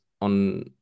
on